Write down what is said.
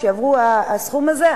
כשיעברו את הסכום הזה,